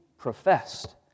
Professed